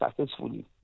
successfully